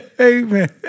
Amen